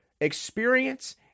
experience